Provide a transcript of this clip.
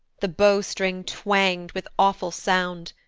the bow string twang'd with awful sound,